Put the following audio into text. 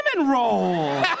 roll